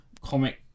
comic